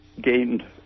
gained